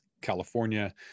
California